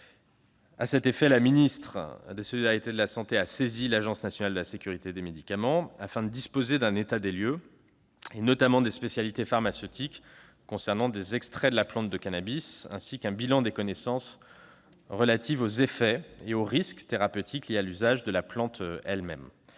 en ce sens. Ainsi, la ministre a saisi l'Agence nationale de sécurité des médicaments et des produits de santé, afin de disposer d'un état des lieux, notamment des spécialités pharmaceutiques contenant des extraits de la plante de cannabis, ainsi qu'un bilan des connaissances relatives aux effets et aux risques thérapeutiques liés à l'usage de la plante elle-même.